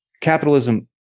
capitalism